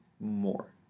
more